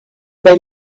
they